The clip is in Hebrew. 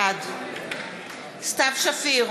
בעד סתיו שפיר,